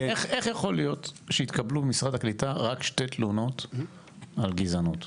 איך יכול להיות שהתקבלו במשרד הקליטה רק שתי תלונות על גזענות?